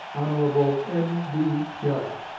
hon. n b. judd